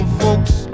folks